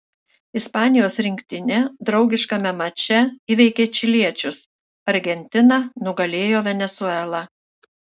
ispanijos rinktinė draugiškame mače įveikė čiliečius argentina nugalėjo venesuelą